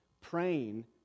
praying